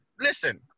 listen